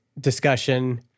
discussion